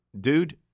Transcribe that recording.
Dude